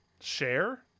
share